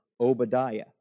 Obadiah